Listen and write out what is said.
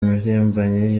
impirimbanyi